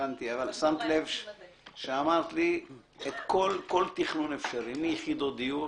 שמת לב שאמרת לי כל תכנון אפשרי מיחידות דיור,